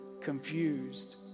confused